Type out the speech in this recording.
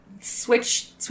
switch